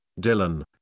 Dylan